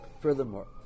furthermore